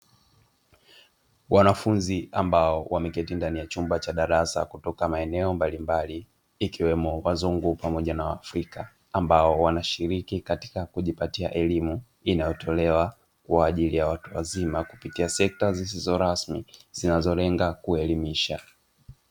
Wanafunzi ambao wameketi ndani ya chumba cha darasa kutoka maeneo mbalimbali, ikiwemo wazungu pamoja na waafrika, ambao wanashiriki katika kujipatia elimu inayotolewa kwa ajili ya watu wazima kupitia sekta zisizo rasmi zinazolenga kuelimisha.